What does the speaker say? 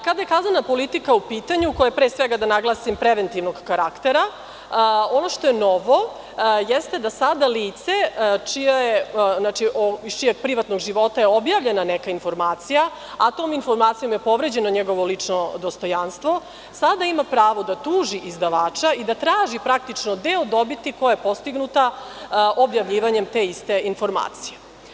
Kada je kaznena politika u pitanju, koja je pre svega, da naglasim, preventivnog karaktera, ovo što je novo jeste da sada lice iz čijeg privatnog života je objavljena neka informacija, a tom informacijom je povređeno njegovo lično dostojanstvo, sada ima pravo da tuži izdavača i da traži praktično deo dobiti koja je postignuta objavljivanjem te iste informacije.